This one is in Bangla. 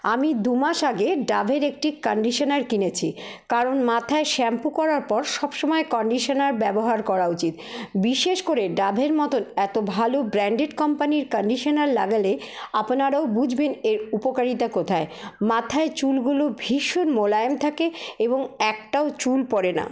আমি দু মাস আগে ডাভের একটি কান্ডিশানার কিনেছি কারণ মাথায় শ্যাম্পু করার পর সবসময় কন্ডিশানার ব্যবহার করা উচিত বিশেষ করে ডাভের মতো এতো ভালো ব্র্যান্ডেড কোম্পানির কন্ডিশানার লাগালে আপনারাও বুঝবেন এর উপকারিতা কোথায় মাথায় চুলগুলো ভীষণ মোলায়েম থাকে এবং একটাও চুল পড়ে না